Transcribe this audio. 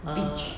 beach